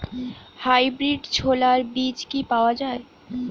Hybrid ছোলার বীজ কি পাওয়া য়ায়?